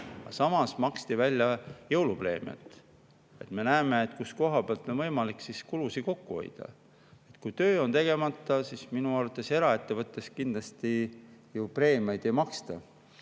Samas maksti välja jõulupreemiad. Me näeme, kust kohast on võimalik kulusid kokku hoida. Kui töö on tegemata, siis minu arvates eraettevõttes ju preemiaid ei maksta.